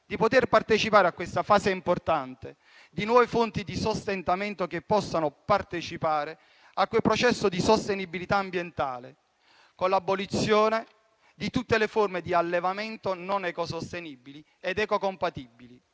di partecipare alla fase importante di nuovi fonti di sostentamento e a quel processo di sostenibilità ambientale che vede l'abolizione di tutte le forme di allevamento non ecosostenibili ed ecocompatibili.